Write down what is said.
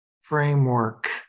framework